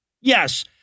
Yes